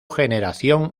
generación